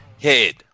head